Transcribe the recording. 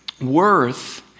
Worth